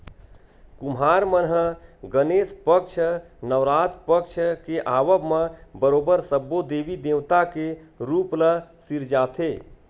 कुम्हार मन ह गनेस पक्छ, नवरात पक्छ के आवब म बरोबर सब्बो देवी देवता के रुप ल सिरजाथे